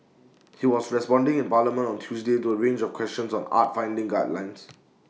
he was responding in parliament on Tuesday to A range of questions on arts funding guidelines